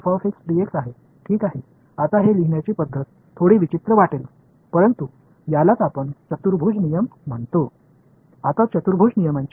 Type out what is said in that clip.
இப்போது இந்த எழுதும் முறை கொஞ்சம் விசித்திரமாகத் தோன்றலாம் ஆனால் இதைத்தான் நாம் குவாடுரேசா் விதி என்று அழைக்கிறோம்